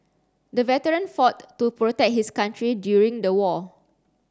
the veteran fought to protect his country during the war